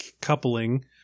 coupling